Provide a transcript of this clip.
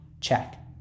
check